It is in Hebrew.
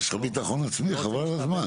יש לך ביטחון עצמי חבל על הזמן.